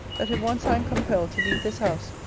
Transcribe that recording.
that if once i am compelled to leave this house,